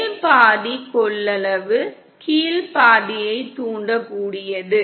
மேல் பாதி கொள்ளளவு கீழ் பாதியை தூண்டக்கூடியது